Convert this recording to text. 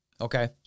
Okay